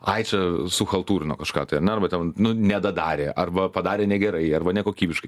ai čia suchaltūrino kažką tai ar ne arba ten nedadarė arba padarė negerai arba nekokybiškai